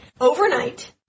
Overnight